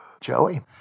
Joey